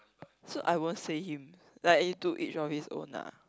so I won't say him like to each of his own ah